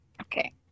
Okay